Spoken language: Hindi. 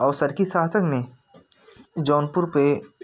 और सरकी शासन में जौनपुर पे